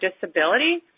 disability